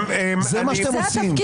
זה מה שאתם עושים.